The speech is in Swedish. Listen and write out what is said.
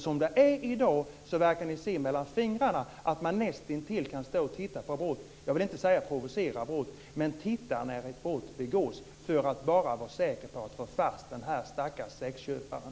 Som det är i dag verkar ni se mellan fingrarna, dvs. att man nästintill kan stå och titta på när ett brott begås - jag vill inte tala om att provocera brott - bara för att vara säker på att få fast den stackars sexköparen.